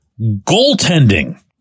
goaltending